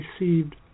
received